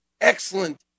excellent